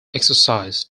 exercise